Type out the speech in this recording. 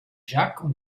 jacques